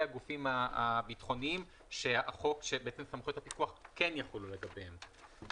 הגופים הביטחוניים שסמכויות הפיקוח כן יחולו לגביהם.